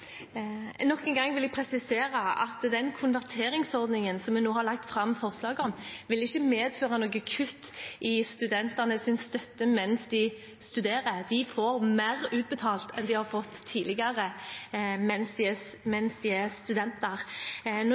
Nok en gang vil jeg presisere at den konverteringsordningen som vi nå har lagt fram forslag om, ikke vil medføre noe kutt i studentenes støtte mens de studerer. De vil få mer utbetalt enn de har fått tidligere, mens de er studenter.